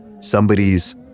somebody's